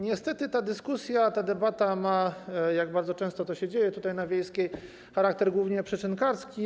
Niestety ta dyskusja, ta debata ma, a tak bardzo często się dzieje tutaj, na Wiejskiej, charakter głównie przyczynkarski.